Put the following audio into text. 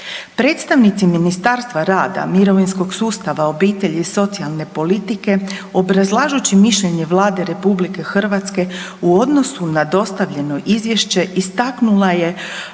Predstavnici Ministarstva rada, mirovinskog sustava, obitelji i socijalne politike obrazlažući mišljenje Vlade RH u odnosu na dostavljeno izvješće istaknula je